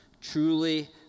Truly